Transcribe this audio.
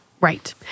Right